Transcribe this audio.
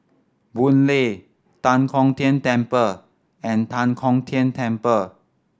Boon Lay Tan Kong Tian Temple and Tan Kong Tian Temple